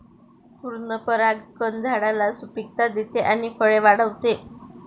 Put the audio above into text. पूर्ण परागकण झाडाला सुपिकता देते आणि फळे वाढवते